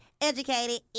Educated